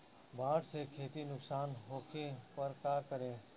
बाढ़ से खेती नुकसान होखे पर का करे?